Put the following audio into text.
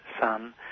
son